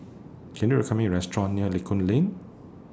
Can YOU recommend Me A Restaurant near Lincoln Lane